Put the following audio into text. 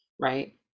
Right